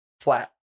flat